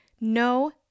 no